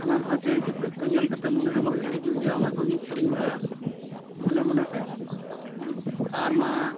ᱦᱟᱱᱟᱼᱱᱷᱟᱣᱟ ᱪᱮᱬᱮᱼᱪᱤᱯᱨᱩᱫ ᱠᱚ ᱧᱮᱞ ᱠᱟᱛᱮᱫ ᱢᱚᱱᱮᱨᱮ ᱢᱟ ᱩᱭᱦᱟᱹᱨ ᱦᱤᱡᱩᱜ ᱜᱮᱭᱟ ᱚᱱᱟ ᱠᱚᱜᱮᱧ ᱥᱮᱨᱮᱧ ᱵᱟᱲᱟᱭᱟ ᱢᱚᱱᱮᱼᱢᱚᱱᱮᱛᱮ ᱟᱨᱢᱟ